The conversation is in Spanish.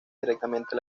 directamente